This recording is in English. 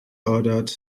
ordered